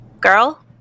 Girl